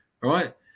Right